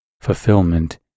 fulfillment